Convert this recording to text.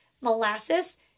molasses